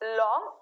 long